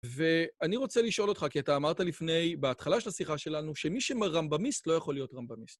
ואני רוצה לשאול אותך, כי אתה אמרת לפני, בהתחלה של השיחה שלנו, שמי שמרמבמיסט לא יכול להיות רמבמיסט.